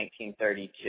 1932